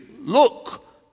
look